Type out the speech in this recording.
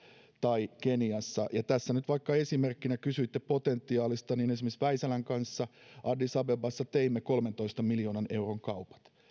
tai keniassa ja kun tässä nyt kysyitte potentiaalista niin esimerkiksi vaisalan kanssa addis abebassa teimme kolmentoista miljoonan euron kaupat